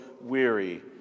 weary